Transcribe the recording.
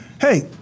hey